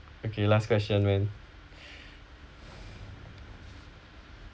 okay last question man